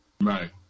Right